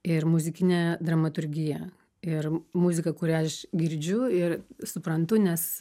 ir muzikinė dramaturgija ir muziką kurią aš girdžiu ir suprantu nes